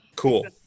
Cool